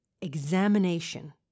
examination